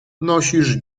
nosisz